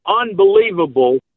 unbelievable